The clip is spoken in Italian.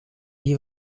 gli